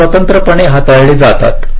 ते स्वतंत्रपणे हाताळले जातात